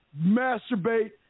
masturbate